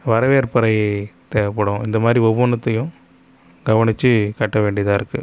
வரவேற்பு அறை தேவைப்படும் இந்தமாதிரி ஒவ்வொன்றுத்தையும் கவனித்து கட்ட வேண்டியதாக இருக்குது